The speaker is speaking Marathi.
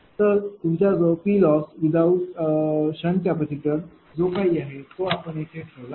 तर तुमच्याजवळ PLoss जो काही आहे तो आपण तेथे ठेवला आहे